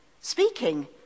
speaking